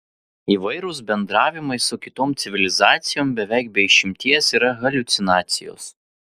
įvairūs bendravimai su kitom civilizacijom beveik be išimties yra haliucinacijos